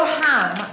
ham